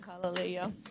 Hallelujah